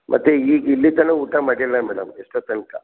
ಮತ್ತು ಈಗ ಇಲ್ಲಿ ತನಕ ಊಟ ಮಾಡಿಲ್ಲ ಮೇಡಮ್ ಎಷ್ಟೊ ತನಕ